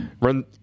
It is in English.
run